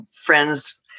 friends